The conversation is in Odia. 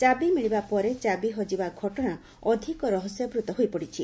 ଚାବି ମିଳିବା ପରେ ଚାବି ହଜିବା ଘଟଣା ଅଧିକ ରହସ୍ୟାବୂତ ହୋଇପଡିଛି